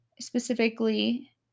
Specifically